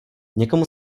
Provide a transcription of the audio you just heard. někomu